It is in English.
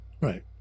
right